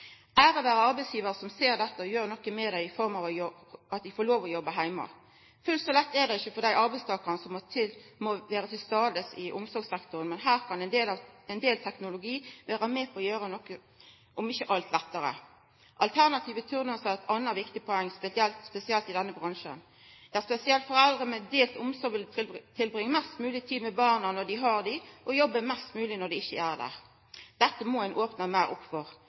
Ære vera arbeidsgivarar som ser dette, og som gjer noko med det, i form av at ein får lov til å jobba heime. Fullt så lett er det ikkje for dei arbeidstakarane i omsorgssektoren som må vera til stades. Men her kan ein del teknologi vera med på å gjera noko – om ikkje alt – lettare. Alternative turnusar er eit anna viktig poeng, spesielt i denne bransjen. Det er spesielt foreldre med delt omsorg som vil ha mest mogleg tid med barna når dei har dei, og jobba mest mogleg når dei ikkje har dei. Dette må ein opna meir opp for.